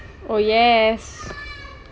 oh yes